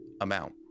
amount